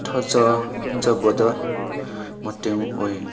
ꯊꯥꯖꯖꯕꯗ ꯃꯇꯦꯡ ꯑꯣꯏ